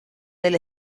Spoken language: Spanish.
del